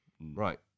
Right